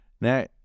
Now